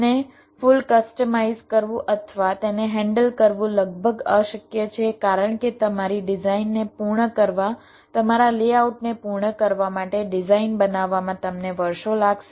તેને full customize કરવું અથવા તેને હેન્ડલ કરવું લગભગ અશક્ય છે કારણ કે તમારી ડિઝાઇનને પૂર્ણ કરવા તમારા લેઆઉટને પૂર્ણ કરવા માટે ડિઝાઇન બનાવવામાં તમને વર્ષો લાગશે